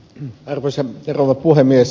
arvoisa rouva puhemies